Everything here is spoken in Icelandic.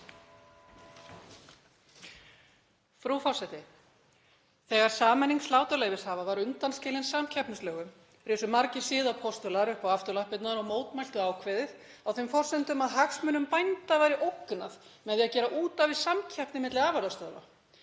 Frú forseti. Þegar sameining sláturleyfishafa var undanskilin samkeppnislögum risu margir siðapostular upp á afturlappirnar og mótmæltu ákveðið á þeim forsendum að hagsmunum bænda væri ógnað með því að gera út af við samkeppni milli afurðastöðva.